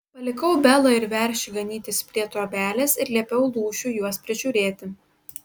palikau belą ir veršį ganytis prie trobelės ir liepiau lūšiui juos prižiūrėti